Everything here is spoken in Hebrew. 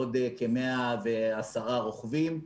עוד כ-110 רוכבים,